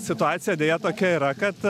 situacija deja tokia yra kad